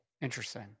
Interesting